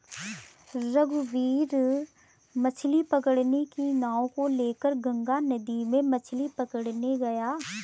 रघुवीर मछ्ली पकड़ने की नाव को लेकर गंगा नदी में मछ्ली पकड़ने गया